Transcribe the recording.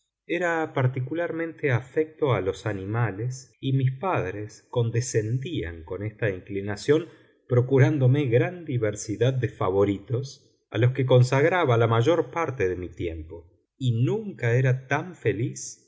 era particularmente afecto a los animales y mis padres condescendían con esta inclinación procurándome gran diversidad de favoritos a los que consagraba la mayor parte de mi tiempo y nunca era tan feliz